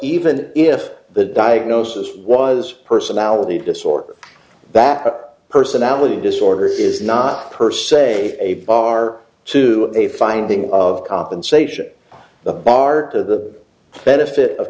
even if the diagnosis was personality disorder bapak personality disorder is not per se a bar to a finding of compensation the bar to the benefit of